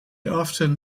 often